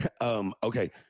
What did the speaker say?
okay